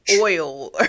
oil